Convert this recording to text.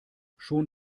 schon